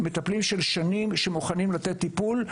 יש מטפלים של שנים שמוכנים לתת טיפול.